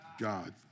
God